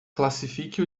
classifique